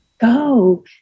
Go